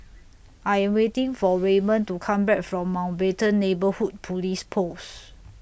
I'm waiting For Raymon to Come Back from Mountbatten Neighbourhood Police Post